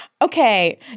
Okay